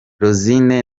rosine